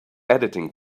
editing